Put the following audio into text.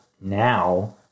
now